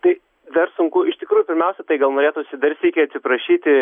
tai dar sunku iš tikrųjų pirmiausia tai gal norėtųsi dar sykį atsiprašyti